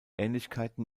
ähnlichkeiten